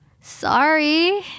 Sorry